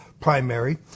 primary